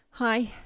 Hi